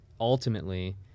ultimately